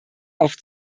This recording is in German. auf